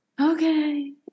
okay